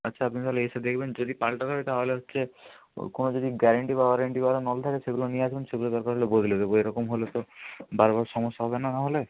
আচ্ছা আপনি তাহলে এসে দেখবেন যদি পালটাতে হয় তাহলে হচ্ছে কোনো যদি গ্যারেন্টি বা ওয়ারেন্টিবালা নল থাকে সেগুলো নিয়ে আসবেন সেগুলো দরকার হলে বদলে দেবো এরকম হলে তো বারবার সমস্যা হবে না নাহলে